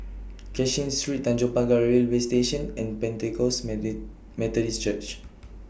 Cashin Street Tanjong Pagar Railway Station and Pentecost medic Methodist Church